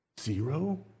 zero